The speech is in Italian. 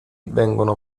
vengono